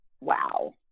Wow